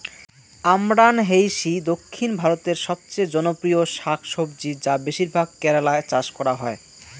আমরান্থেইসি দক্ষিণ ভারতের সবচেয়ে জনপ্রিয় শাকসবজি যা বেশিরভাগ কেরালায় চাষ করা হয়